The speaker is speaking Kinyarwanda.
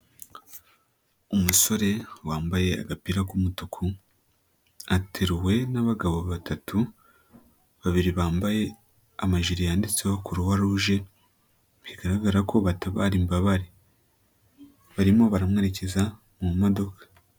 Umusore wambaye agapira k'umutuku ateruwe n'abagabo batatu, babiri bambaye amajiri yanditseho Croix- Rouge bigaragara ko batabara imbabare, barimo baramwerekeza mu modoka.